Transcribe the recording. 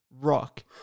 Rock